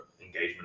engagement